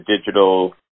digital